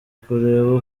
kureba